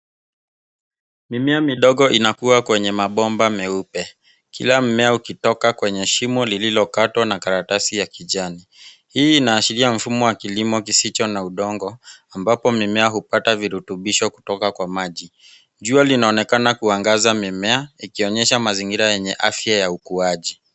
Mimea midogo inakua kwenye mabomba meupe, kila mmea ukitoka kwenye shimo lililokatwa na karatasi ya kijani. Hii inaashiria mfumo wa kilimo kisicho na udongo ambapo mimea hupata virutubisho kutoka kwa maji. Jua linaonekana kuangaza mimea ikionyesha mazingira yenye afya ya ukuaji.